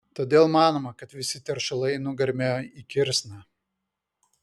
todėl manoma kad visi teršalai nugarmėjo į kirsną